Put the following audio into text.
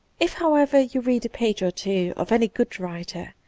if, how ever, you read a page or two of any good writer,